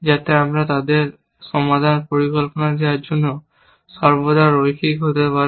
যাতে তারা আমাদের একটি সমাধান পরিকল্পনা দেওয়ার জন্য সর্বদা রৈখিক হতে পারে